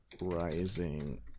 Rising